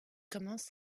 commence